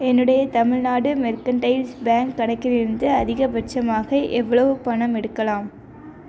என்னுடைய Tamil Nadu mercantiles bank கணக்கிலிருந்து அதிகபட்சமாக எவ்வளவு பணம் எடுக்கலாம்